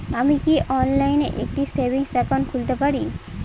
আমি কি অনলাইন একটি সেভিংস একাউন্ট খুলতে পারি?